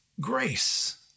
grace